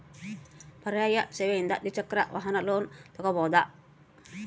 ಪರ್ಯಾಯ ಸೇವೆಯಿಂದ ದ್ವಿಚಕ್ರ ವಾಹನದ ಲೋನ್ ತಗೋಬಹುದಾ?